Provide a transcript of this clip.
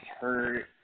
hurt